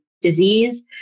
disease